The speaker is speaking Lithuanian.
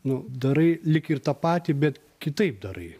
nu darai lyg ir tą patį bet kitaip darai